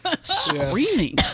Screaming